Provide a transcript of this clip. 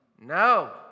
no